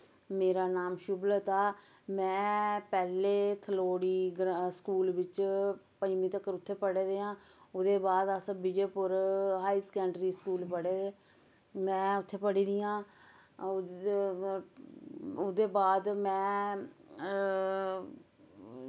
मेरा नाम शुभलता में पैह्ले थलोड़ी स्कूल बिच्च पंजमी तक्कर उत्थें पढ़े दे आं ओह्दे बाद अस विजयपुर हाई सकैंडरी स्कूल पढ़े दे मैं उत्थें पढ़ी दी आं ओह्दे बाद मैं